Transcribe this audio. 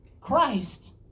Christ